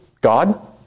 God